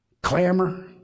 Clamor